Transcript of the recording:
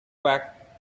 back